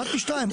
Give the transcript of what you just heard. אחד משניים,